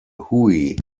hooey